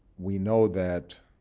we know that